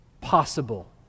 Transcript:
possible